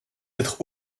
être